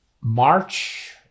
March